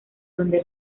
donde